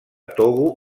togo